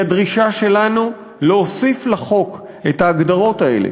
היא הדרישה שלנו להוסיף לחוק את ההגדרות האלה,